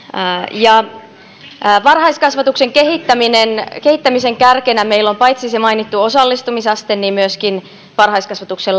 ja varhaiskasvatuksen kehittämisen kehittämisen kärkenä meillä on paitsi se mainittu osallistumisaste myöskin varhaiskasvatuksen